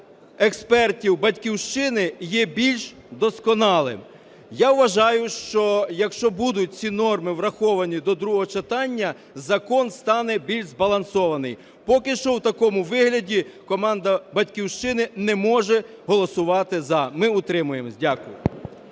експертів "Батьківщини", є більш досконалим. Я вважаю, якщо будуть ці норми враховані до другого читання, закон стане більш збалансований. Поки що у такому вигляді команда "Батьківщини" не може голосувати "за", ми утримуємося. Дякую.